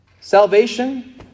salvation